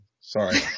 Sorry